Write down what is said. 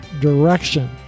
direction